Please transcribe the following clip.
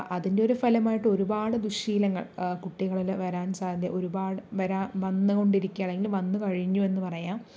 അതിൻ്റെ ഒരു ഫലമായിട്ട് ഒരുപാട് ദുശ്ശീലങ്ങൾ കുട്ടികളില് വരാൻ സാധ്യത ഒരുപാട് വരാൻ വന്നു കൊണ്ടിരിക്കുകയാണ് അല്ലെങ്കിൽ വന്നു കഴിഞ്ഞു എന്ന് പറയാം